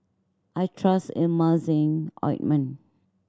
I trust Emulsying Ointment